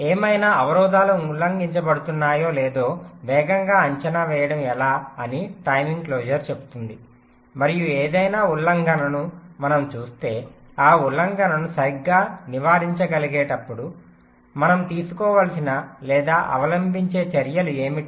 ఏవైనా అవరోధాలు ఉల్లంఘించబడుతున్నాయో లేదో వేగంగా అంచనా వేయడం ఎలా అని టైమింగ్ క్లోజర్ చెబుతుంది మరియు ఏదైనా ఉల్లంఘనను మనం చూస్తే ఆ ఉల్లంఘనలను సరిగ్గా నివారించగలిగేటప్పుడు మనం తీసుకోవలసిన లేదా అవలంబించే చర్యలు ఏమిటి